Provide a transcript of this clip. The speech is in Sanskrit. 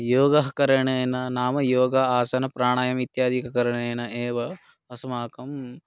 योगकरणेन नाम योग आसनप्राणयाम इत्यादिकं करणेन एव अस्माकं